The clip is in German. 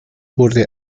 wurde